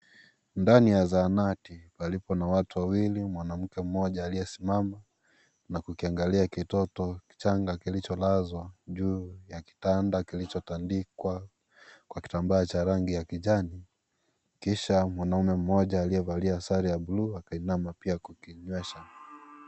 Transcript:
Ndani ya zahanati palipo na watu wawili, mwanamke mmoja aliyesimama na kukiangalia kitoto kichanga kilocholazwa juu ya kitanda kilichotandikwa kwa kitambaa cha rangi ya kijani. Kisha mwanaume mmoja aliyevalia sare ya buluu akainama pia kukinywesha.